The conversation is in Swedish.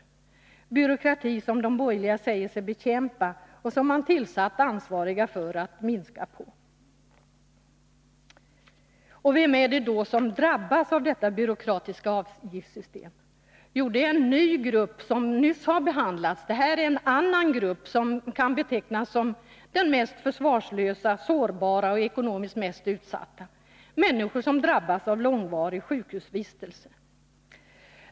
Och det är byråkrati som de borgerliga säger sig bekämpa och som man tillsatt ansvariga för att minska på. Vilka är det då som drabbas av detta byråkratiska avgiftssystem? Jo, detär Nr 41 en ny grupp — människor som nyss har behandlats — en grupp som kan Onsdagen den betecknas som den mesta försvarslösa, sårbara och ekonomiskt utsatta, det 2 december 1981 är människor som drabbas av långvarig sjukhusvistelse.